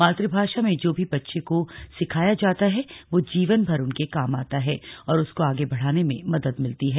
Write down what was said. मातृभाषा में जो भी बच्चे को सिखाया जाता है यो जीवनभर उसके काम आता है और उसको आग बढ़ाने में मदद मिलती है